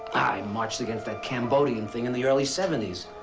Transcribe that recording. marched against that cambodian thing in the early seventies.